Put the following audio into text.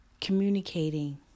communicating